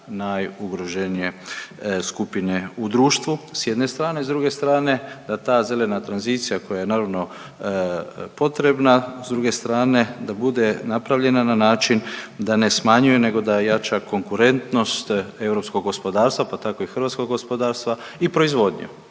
najugroženije skupine u društvu s jedne strane. S druge strane da ta zelena tranzicija koja je naravno potrebna s druge strane da bude napravljena na način da ne smanjuje nego da jača konkurentnost europskog gospodarstva, pa tako i hrvatskog gospodarstva i proizvodnju